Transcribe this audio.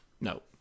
No